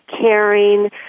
caring